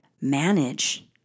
manage